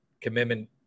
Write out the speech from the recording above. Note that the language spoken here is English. commitment